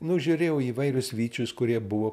nužiūrėjau įvairius vyčius kurie buvo